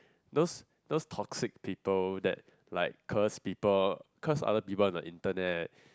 those those toxic people that like curse people curse other people on the internet